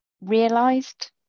realised